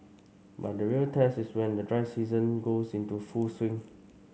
but the real test is when the dry season goes into full swing